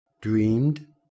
dreamed